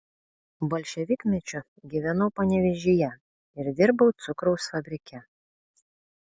bolševikmečiu gyvenau panevėžyje ir dirbau cukraus fabrike